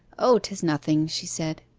o, tis nothing she said.